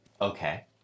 Okay